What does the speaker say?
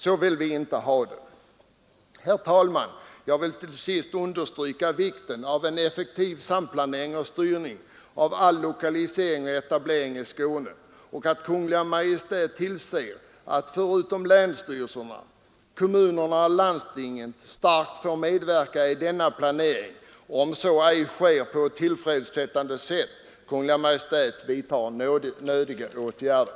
Så vill vi inte ha det. Herr talman! Jag vill till sist understryka vikten av att det blir en effektiv samplanering och styrning av all lokalisering och etablering i Skåne och att Kungl. Maj:t tillser att — förutom länsstyrelser — kommuner och landsting aktivt får medverka i denna planering. Om så ej sker på ett tillfredsställande sätt bör Kungl. Maj:t vidta nödvändiga åtgärder.